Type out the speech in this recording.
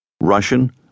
Russian